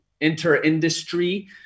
inter-industry